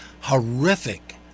horrific